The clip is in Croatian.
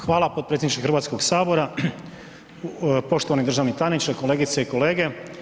Hvala potpredsjedniče Hrvatskog sabora, poštovani državni tajniče, kolegice i kolege.